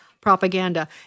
propaganda